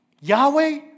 Yahweh